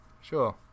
Sure